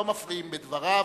לא מפריעים לדבריו.